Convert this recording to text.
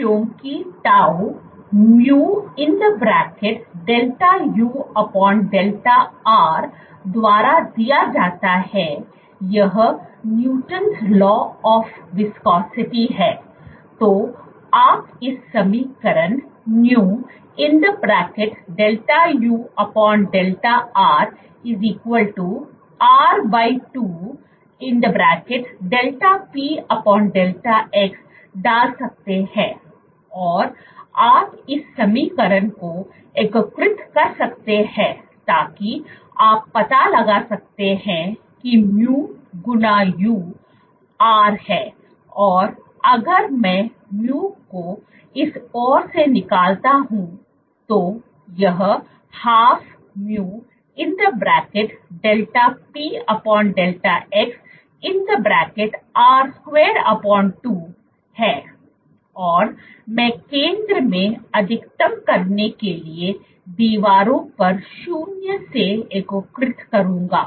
तो क्योंकि τ µδuδr द्वारा दिया जाता है यह Newton's law of viscosity Newton's law of viscosity है तो आप इस समीकरण µδuδr r2δpδx डाल सकते हैं और आप इस समीकरण को एकीकृत कर सकते हैं ताकि आप पता लगा सकते हैं कि mu गुणा u r है औरअगर मैं mu को इस ओर से निकालता हूं तो यह 12µδpδx r22 है और मैं केंद्र में अधिकतम करने के लिए दीवारों पर 0 से एकीकृत करूंगा